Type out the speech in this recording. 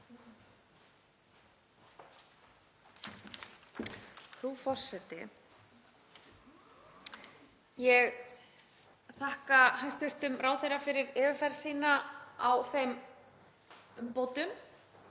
Frú forseti. Ég þakka hæstv. ráðherra fyrir yfirferð sína á þeim umbótum